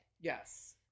Yes